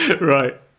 Right